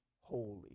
holy